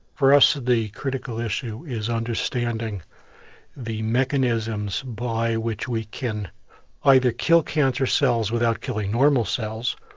for us the critical issue is understanding the mechanisms by which we can either kill cancer cells without killing normal cells,